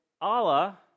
Allah